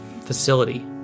facility